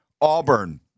Auburn